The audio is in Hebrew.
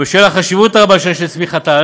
בשל החשיבות הרבה שיש לצמיחתן